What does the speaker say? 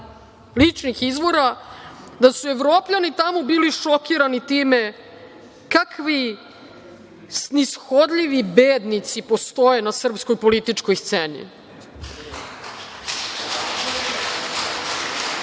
ličnih izvora, da su Evropljani tamo bili šokirani time kakvi snishodljivi bednici postoje na srpskoj političkoj sceni. Dakle,